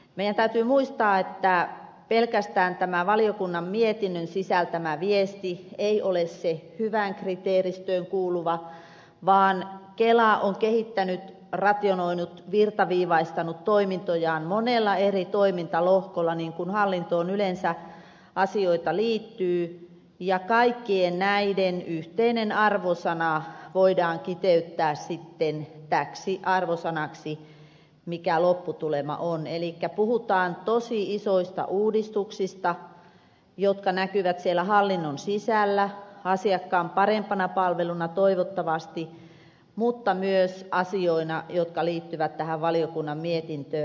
meidän täytyy muistaa että pelkästään tämän valiokunnan mietinnön sisältämä viesti ei ole se hyvän kriteeristöön kuuluva vaan kela on kehittänyt rationalisoinut virtaviivaistanut toimintojaan monella eri toimintalohkolla niin kuin hallintoon yleensä asioita liittyy ja kaikkien näiden yhteinen arvosana voidaan kiteyttää sitten täksi arvosanaksi mikä lopputulema on elikkä puhutaan tosi isoista uudistuksista jotka näkyvät siellä hallinnon sisällä asiakkaan parempana palveluna toivottavasti mutta myös asioina jotka liittyvät tähän valiokunnan mietintöön